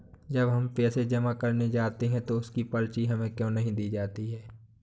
जब हम पैसे जमा करने जाते हैं तो उसकी पर्ची हमें क्यो नहीं दी जाती है?